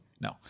no